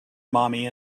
mommy